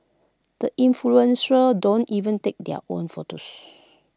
the influential don't even take their own photos